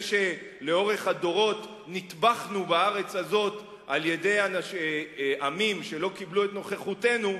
זה שלאורך הדורות נטבחנו בארץ הזאת על-ידי עמים שלא קיבלו את נוכחותנו,